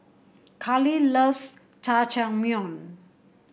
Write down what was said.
Karli loves Jajangmyeon